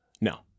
No